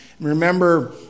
remember